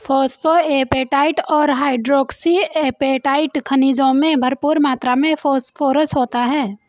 phosphoapatite और hydroxyapatite खनिजों में भरपूर मात्र में फोस्फोरस होता है